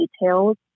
details